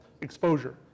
exposure